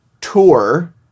tour